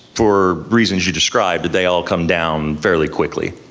for reasons you described, did they all come down fairly quickly?